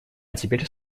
теперь